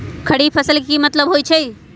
खरीफ फसल के की मतलब होइ छइ?